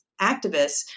activists